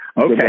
Okay